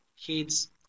kids